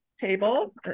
table